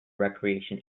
recreation